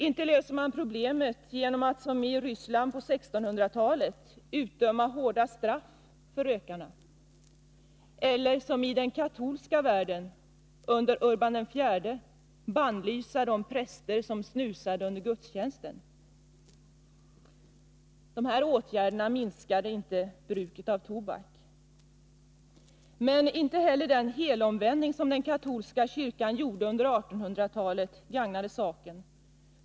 Inte löste man problemet genom att, som i Ryssland på 1600-talet, utdöma hårda straff till rökarna eller, som i den katolska världen under påven Urban IV, bannlysa de präster som snusade under gudstjänsten. Dessa åtgärder minskade inte bruket av tobak. Inte heller den helomvändning som den katolska kyrkan gjorde under 1800-talet gagnade saken.